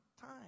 time